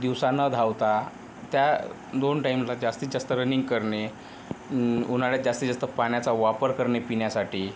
दिवसा न धावता त्या दोन टाईमला जास्तीत जास्त रनिंग करणे उन्हाळ्यात जास्तीत जास्त पाण्याचा वापर करणे पिण्यासाठी